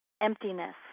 emptiness